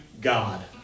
God